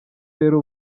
rero